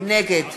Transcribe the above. נגד